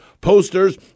posters